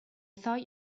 thought